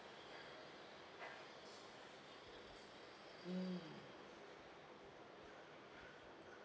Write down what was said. mm